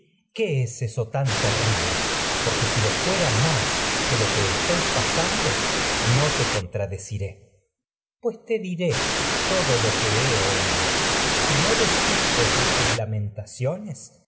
qué es eso tan terrible porque si lo fuera más que lo que estoy pasando no te contradeciré crisótemis pues te desistes de tus diré todo lo que he oído si a no lamentaciones